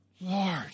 Lord